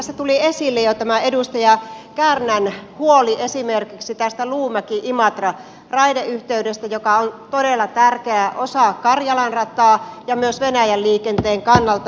tässä tuli esille jo tämä edustaja kärnän huoli esimerkiksi tästä luumäkiimatra raideyhteydestä joka on todella tärkeä osa karjalan rataa ja myös venäjän liikenteen kannalta